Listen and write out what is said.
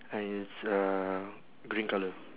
and it's uh green colour